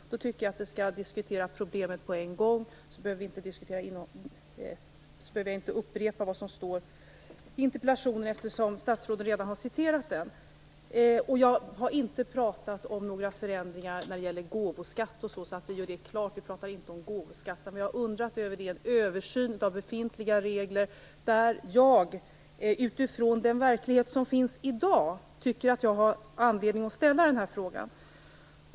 Jag tycker då att vi skall diskutera problemet på en gång, så behöver jag inte upprepa vad som står i interpellationen, eftersom statsrådet redan har citerat den. Jag har inte pratat om några förändringar när det gäller gåvoskatten. Vi kan alltså göra det klart - vi pratar inte om gåvoskatten. Vad jag har frågat efter är en översyn av befintliga regler. Utifrån den verklighet som finns i dag tycker jag att jag har anledning att ställa den här frågan.